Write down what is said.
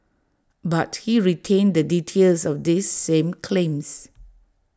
but he retained the details of these same claims